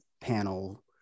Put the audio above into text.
panel